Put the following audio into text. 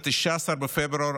ב-19 בפברואר,